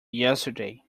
yesterday